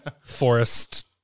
Forest